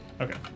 Okay